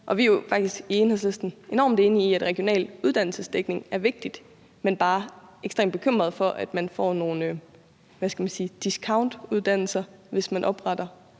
i Enhedslisten enormt enige i, at regional uddannelsesdækning er vigtigt. Men vi er bare ekstremt bekymret for, at man får nogle – hvad skal man sige – discountuddannelser, hvis man opretter